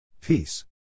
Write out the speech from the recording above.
Peace